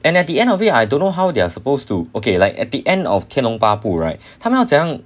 and at the end of it I don't know how they're supposed to okay like at the end of 天龙八部 right 他们要怎样